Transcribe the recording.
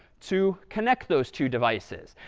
to connect those two devices.